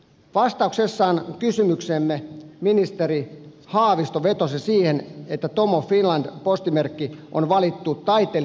vastauksessaan kysymykseemme ministeri haavisto vetosi siihen että tom of finland postimerkki on valittu taiteellisin perustein